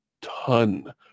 ton